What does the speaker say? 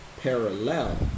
Parallel